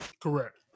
Correct